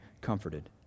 comforted